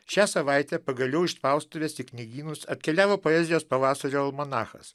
šią savaitę pagaliau iš spaustuvės į knygynus atkeliavo poezijos pavasario almanachas